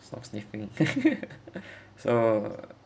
stop sniffing so